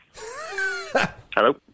Hello